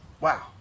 Wow